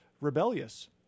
rebellious